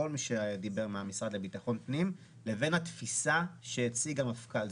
כל מי שדיבר מהמשרד לביטחון פנים לבין התפיסה שהציג המפכ"ל.